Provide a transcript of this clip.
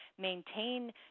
maintain